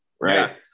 right